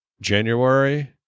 January